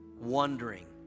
wondering